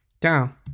Down